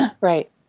right